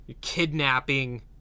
kidnapping